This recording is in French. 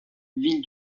ville